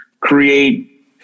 create